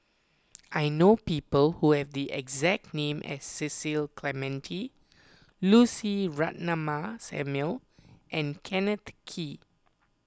I know people who have the exact name as Cecil Clementi Lucy Ratnammah Samuel and Kenneth Kee